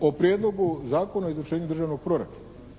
o Prijedlogu Zakona o izvršenju državnog proračuna